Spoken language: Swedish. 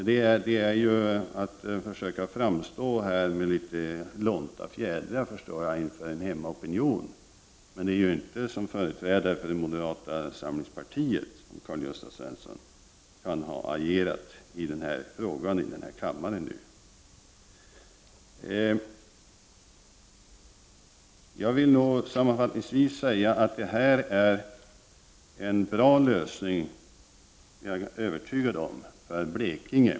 Jag förstår att han här vill lysa litet med lånta fjädrar inför en hemmaopinion, men det är inte som företrädare för moderata samlingspartiet som han kan ha agerat i den här frågan i denna kammare. Jag vill sammanfattningsvis säga att jag är övertygad om att det här är en bra lösning för Blekinge.